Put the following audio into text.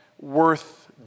worth